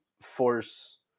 force